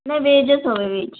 नाही व्हेजच हवं आहे व्हेज